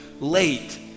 late